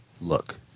look